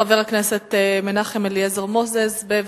חבר הכנסת מנחם אליעזר מוזס, בבקשה.